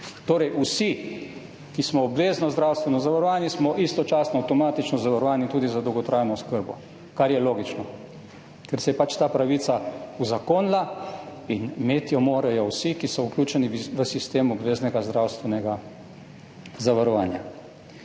Torej vsi, ki smo obvezno zdravstveno zavarovani, smo istočasno avtomatično zavarovani tudi za dolgotrajno oskrbo, kar je logično, ker se je pač ta pravica uzakonila, in imeti jo morajo vsi, ki so vključeni v sistem obveznega zdravstvenega zavarovanja.